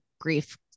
grief